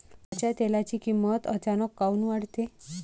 खाच्या तेलाची किमत अचानक काऊन वाढते?